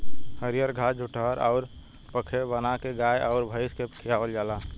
हरिअर घास जुठहर अउर पखेव बाना के गाय अउर भइस के खियावल जाला